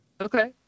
okay